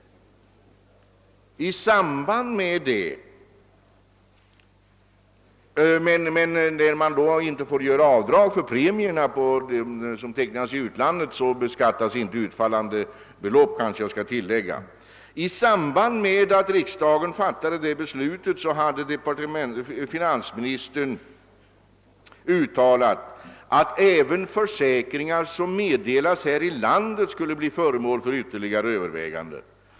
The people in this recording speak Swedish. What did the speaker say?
Jag skall kanske tillägga att när man inte får göra avdrag för premierna vid försäkringar som tecknas i utlandet beskattas inte heller utfallande belopp. I samband med att riksdagen fattade detta beslut hade finansministern uttalat, att även försäkringar som meddelas här i landet skulle bli föremål för ytterligare överväganden.